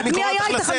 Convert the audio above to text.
מי היה איתך?